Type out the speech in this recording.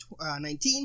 2019